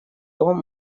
том